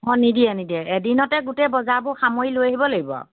অ নিদিয়ে নিদিয়ে এদিনতে গোটেই বজাৰবোৰ সামৰি লৈ আহিব লাগিব আৰু